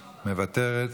מוותרת.